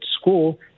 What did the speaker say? school